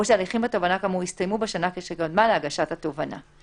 או שההליכים בתובענה כאמור הסתיימו בשנה שקדמה להגשת התובענה."